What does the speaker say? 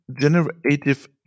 generative